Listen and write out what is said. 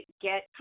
get